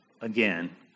again